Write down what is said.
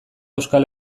euskal